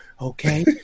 okay